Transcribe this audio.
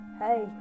Hey